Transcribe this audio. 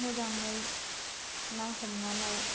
मोजाङै ना हमनानै